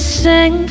sing